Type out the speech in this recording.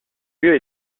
lieu